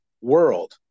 world